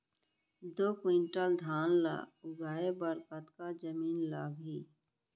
दो क्विंटल धान ला उगाए बर कतका जमीन लागही?